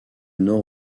nord